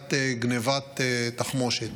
במניעת גנבת תחמושת.